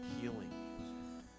healing